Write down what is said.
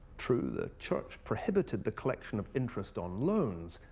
true, the church prohibited the coiiection of interest on like ioans.